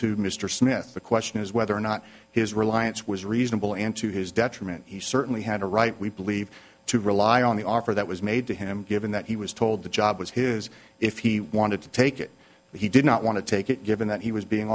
to mr smith the question is whether or not his reliance was reasonable and to his detriment he certainly had a right we believe to rely on the offer that was made to him given that he was told the job was his if he wanted to take it he did not want to take it given that he was being